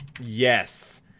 yes